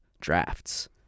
drafts